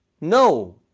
no